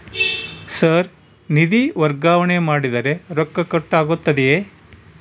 Sir ನಿಧಿ ವರ್ಗಾವಣೆ ಮಾಡಿದರೆ ರೊಕ್ಕ ಕಟ್ ಆಗುತ್ತದೆಯೆ?